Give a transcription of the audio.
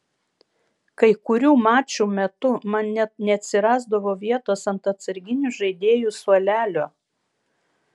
kai kurių mačų metu man net neatsirasdavo vietos ant atsarginių žaidėjų suolelio